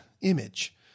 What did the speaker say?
image